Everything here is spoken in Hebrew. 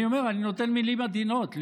אני נותן מילים עדינות.